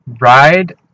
ride